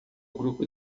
grupo